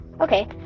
okay